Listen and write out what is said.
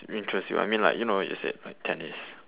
interests you I mean like you know what you said uh tennis